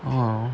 哦